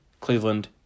Cleveland